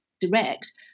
direct